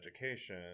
education